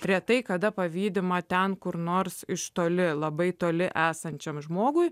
retai kada pavydima ten kur nors iš toli labai toli esančiam žmogui